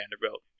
Vanderbilt